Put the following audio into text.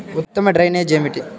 ఉత్తమ డ్రైనేజ్ ఏమిటి?